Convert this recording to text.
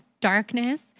darkness